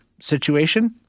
Situation